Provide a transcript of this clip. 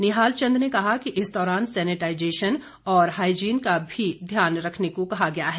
निहाल चंद ने कहा कि इस दौरान सैनिटाईजेशन और हाईजीन का भी ध्यान रखने को कहा गया है